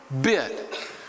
bit